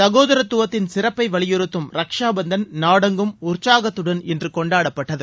சகோதரத்துவத்தின் சிறப்பை வலியுறுத்தும் ரக்ஷாபந்தன் நாடெங்கும் உற்சாகத்துடன் இன்று கொண்டாடப்பட்டது